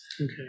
Okay